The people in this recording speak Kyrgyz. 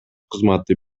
кызматы